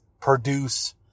produce